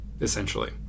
essentially